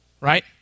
Right